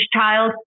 child